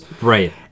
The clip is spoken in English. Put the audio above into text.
Right